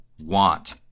want